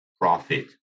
profit